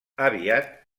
aviat